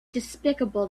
despicable